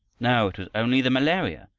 no, it was only the malaria,